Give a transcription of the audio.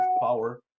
power